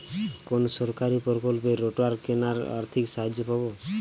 কোন সরকারী প্রকল্পে রোটার কেনার আর্থিক সাহায্য পাব?